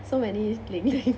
so many 零零